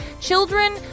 children